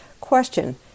Question